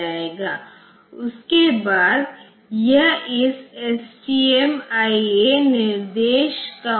इसलिए परिणामस्वरूप यदि आप इसका उपयोग कर रहे हैं गंतव्य रूप में तो यह रजिस्टर की सामग्री दूषित हो जाएगी